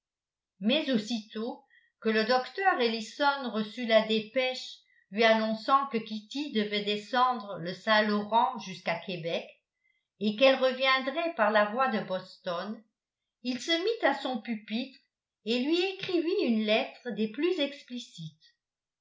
mais aussitôt que le docteur ellison reçut la dépêche lui annonçant que kitty devait descendre le saint-laurent jusqu'à québec et qu'elle reviendrait par la voie de boston il se mit à son pupitre et lui écrivit une lettre des plus explicites